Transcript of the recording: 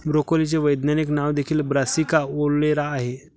ब्रोकोलीचे वैज्ञानिक नाव देखील ब्रासिका ओलेरा आहे